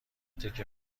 تکه